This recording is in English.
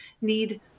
need